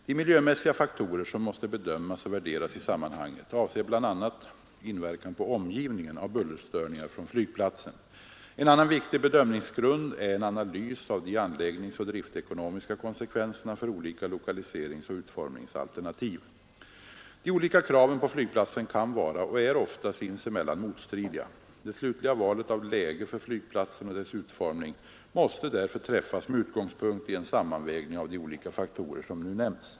De miljömässiga faktorer som måste bedömas och värderas i sammanhanget avser bl.a. inverkan på omgivningen av bullerstörningar från flygplatsen. En annan viktig bedömningsgrund är en analys av de anläggningsoch driftekonomiska konsekvenserna för olika lokaliseringsoch utformningsalternativ. De olika kraven på flygplatsen kan vara — och är ofta — sinsemellan motstridiga. Det slutliga valet av läge för flygplatsen och dess utformning måste därför träffas med utgångspunkt i en sammanvägning av de olika faktorer som nu nämnts.